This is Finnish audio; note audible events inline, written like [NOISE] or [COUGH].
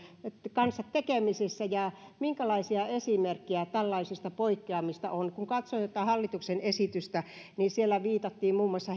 kanssa tekemisissä ja minkälaisia esimerkkejä tällaisista poikkeamista on kun katsoin hallituksen esitystä niin siellä viitattiin muun muassa [UNINTELLIGIBLE]